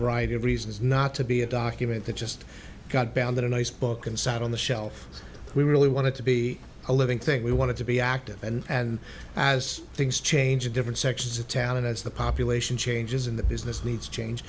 variety of reasons not to be a document that just got back on the nice book and sat on the shelf we really wanted to be a living thing we wanted to be active and as things change in different sections of talent as the population changes in the business needs change